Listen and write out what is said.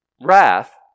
wrath